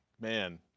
Man